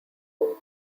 food